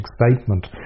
excitement